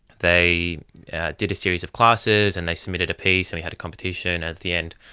they did a series of classes and they submitted a piece and we had a competition at the end.